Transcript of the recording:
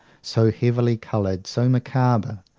so heavily coloured, so macabre.